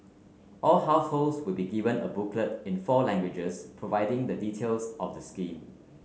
all households will also be given a booklet in four languages providing the details of the scheme